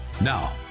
Now